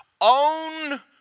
own